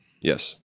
Yes